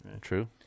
true